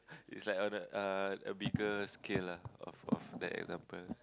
it's like on a uh a bigger scale lah of of that example